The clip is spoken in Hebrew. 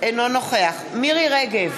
אינו נוכח מירי רגב,